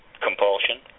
compulsion